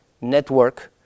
network